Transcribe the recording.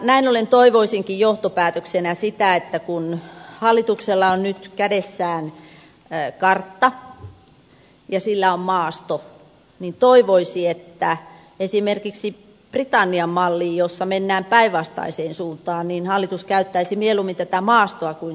näin ollen toivoisinkin johtopäätöksenä sitä että kun hallituksella on nyt kädessään kartta ja sillä on maasto niin esimerkiksi britannian malliin jossa mennään päinvastaiseen suuntaan hallitus käyttäisi mieluummin tätä maastoa kuin sitä karttaa